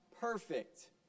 perfect